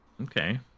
Okay